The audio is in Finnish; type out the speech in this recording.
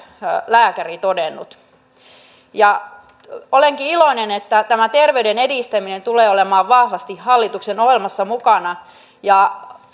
lääkäri todennut olenkin iloinen että tämä terveyden edistäminen tulee olemaan vahvasti hallituksen ohjelmassa mukana ja